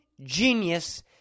genius